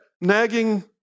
nagging